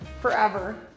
forever